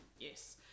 yes